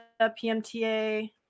PMTA